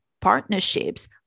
partnerships